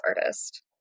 artist